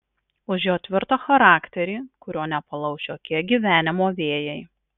už jo tvirtą charakterį kurio nepalauš jokie gyvenimo vėjai